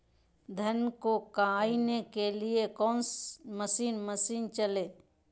धन को कायने के लिए कौन मसीन मशीन चले?